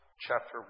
chapter